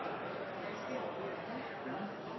– ja